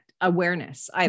awareness